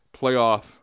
playoff